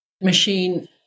machine